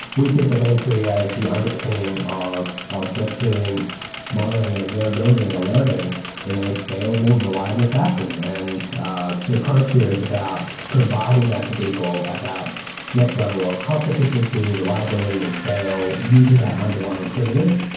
we think of m three as the underpinning of of just doing monitoring and observability and alerting in a scalable, reliable fashion and so chronosphere is about providing that to people at that next level of cost efficiency, reliability and scale, using that underlying primitive,